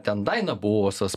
ten daina bosas